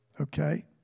Okay